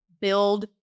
build